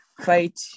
fight